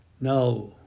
Now